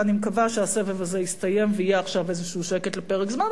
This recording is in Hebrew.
ואני מקווה שהסבב הזה יסתיים ויהיה עכשיו שקט לאיזה פרק זמן,